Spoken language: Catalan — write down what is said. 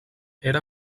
era